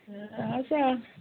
आसा